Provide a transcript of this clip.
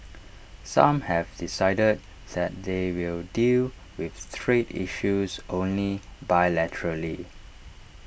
some have decided that they will deal with trade issues only bilaterally